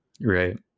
Right